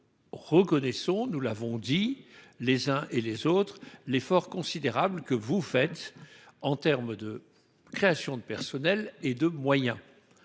Nous reconnaissons- nous l'avons dit les uns et les autres -l'effort considérable que vous faites en termes de créations de postes et de moyens.